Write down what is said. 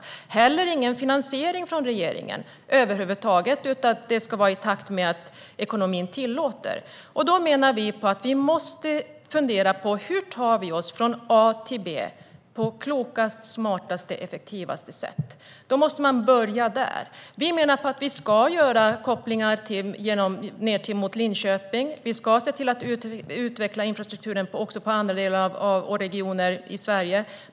Vi har inte heller hört något om finansieringen över huvud taget från regeringen. Det sägs att det ska ske i takt med att ekonomin tillåter det. Vi menar att man måste fundera på hur vi tar oss från A till B på det klokaste, smartaste och effektivaste sättet. Man måste börja där. Vi menar att det ska göras kopplingar ned mot Linköping. Vi ska se till att utveckla infrastrukturen också i andra regioner i Sverige.